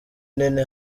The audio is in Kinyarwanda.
nini